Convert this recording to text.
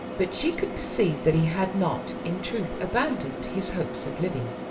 but she could perceive that he had not in truth abandoned his hopes of living,